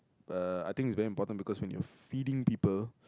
uh I think is very important because when you are feeding people